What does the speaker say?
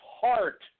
heart